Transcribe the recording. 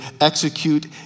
execute